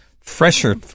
fresher